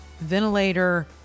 ventilator